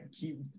keep